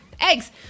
Eggs